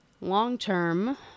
Long-term